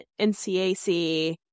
NCAC